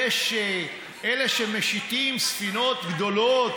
יש כאלה שמשיטים ספינות גדולות,